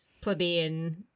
plebeian